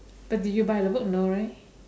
but did you buy the book no right